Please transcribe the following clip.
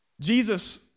Jesus